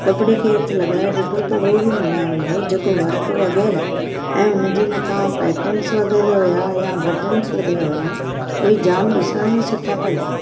कपिड़े के हथि लगाइ ॾिठो त उहो बि मुलायम हुयो जेको वर्क वगै़रह ऐं हुनजे मथां पैटर्न्स वगै़रह हुया या बटन्स लगियलु हुया उहे जाम ॾिसण में सुठा पिया लॻनि